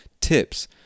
tips